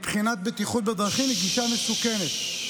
מבחינת בטיחות בדרכים, היא גישה מסוכנת.